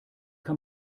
kann